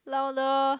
louder